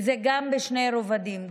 וזה בשני רבדים,